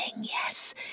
Yes